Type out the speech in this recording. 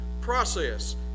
process